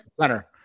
Center